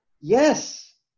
Yes